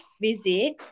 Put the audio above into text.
visit